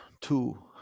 two